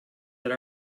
that